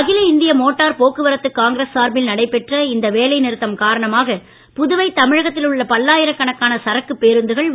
அகில இந்திய மோட்டார் போக்குவரத்து காங்கிரஸ் சார்பில் நடைபெற்ற இந்த வேலை நிறுத்தம் காரணமாக புதுவை தமிழகத்தில் உள்ள பல்லாயிர கணக்கான சரக்கு பேருந்துகள் ஒடவில்லை